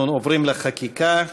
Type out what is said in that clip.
אנחנו עוברים לחקיקה.